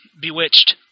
Bewitched